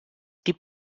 die